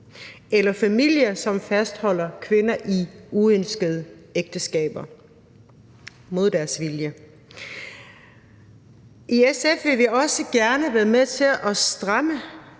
eller familier, som fastholder kvinder i uønskede ægteskaber mod deres vilje. I SF vil vi også gerne være med til at stramme